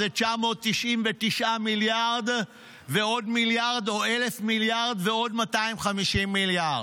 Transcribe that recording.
זה 999 מיליארד ועוד מיליארד או 1,000 מיליארד ועוד 250 מיליארד.